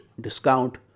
discount